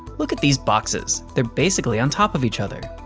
look at these boxes. they're basically on top of each other.